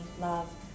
love